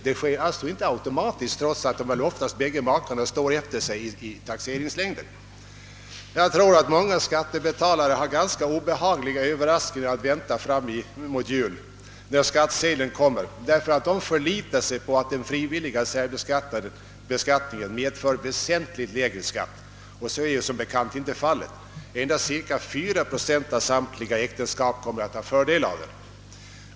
Det sker alltså inte automatiskt, trots att bägge makarna väl oftast står efter varandra i uppbördslängden. Jag tror att ganska många skattebetalare har obehagliga överraskningar att vänta framemot jul, när slutskattesedeln kommer, ty de förlitar sig på att den frivilliga särbeskattningen skall medföra väsentligt lägre skatt — och så är som bekant inte fallet. Endast cirka 4 procent av samtliga äktenskap kommer att ha fördel av den.